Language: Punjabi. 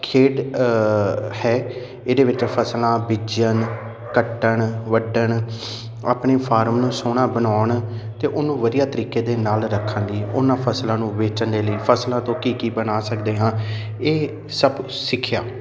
ਖੇਡ ਹੈ ਇਹਦੇ ਵਿੱਚ ਫ਼ਸਲਾਂ ਬੀਜਣ ਨੂੰ ਕੱਟਣ ਵੱਢਣ ਆਪਣੇ ਫਾਰਮ ਨੂੰ ਸੋਹਣਾ ਬਣਾਉਣ ਅਤੇ ਉਹਨੂੰ ਵਧੀਆ ਤਰੀਕੇ ਦੇ ਨਾਲ ਰੱਖਣ ਲਈ ਉਹਨਾਂ ਫ਼ਸਲਾਂ ਨੂੰ ਵੇਚਣ ਦੇ ਲਈ ਫ਼ਸਲਾਂ ਤੋਂ ਕੀ ਕੀ ਬਣਾ ਸਕਦੇ ਹਾਂ ਇਹ ਸਭ ਸਿੱਖਿਆ